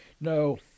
no